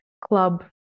club